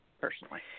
personally